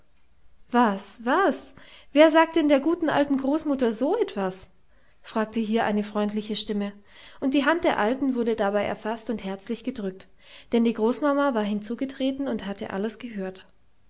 was was wer sagt denn der guten alten großmutter so etwas fragte hier eine freundliche stimme und die hand der alten wurde dabei erfaßt und herzlich gedrückt denn die großmama war hinzugetreten und hatte alles gehört